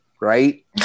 right